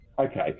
okay